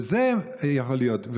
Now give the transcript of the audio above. וזה יכול להיות.